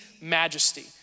Majesty